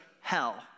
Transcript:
hell